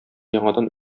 яңадан